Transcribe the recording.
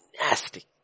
nasty